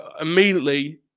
immediately